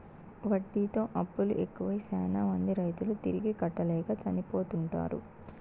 వడ్డీతో అప్పులు ఎక్కువై శ్యానా మంది రైతులు తిరిగి కట్టలేక చనిపోతుంటారు